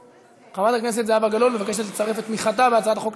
חברת הכנסת זהבה גלאון מבקשת לצרף את תמיכתה בהצעת החוק,